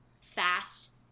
fast